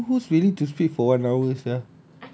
but who who's willing to speak for one hour sia